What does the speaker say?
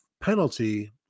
penalty